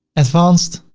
advanced.